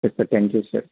okay sir thank you sir